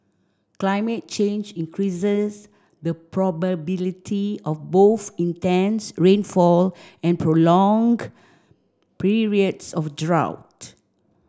climate change increases the probability of both intense rainfall and prolonged periods of drought